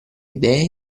idee